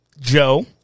Joe